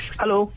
hello